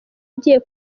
igiye